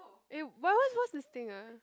it why why what's this thing ah